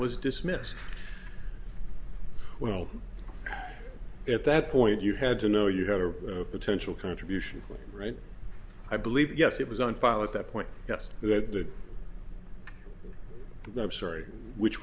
was dismissed well at that point you had to know you had a potential contribution right i believe yes it was on file at that point yes that story which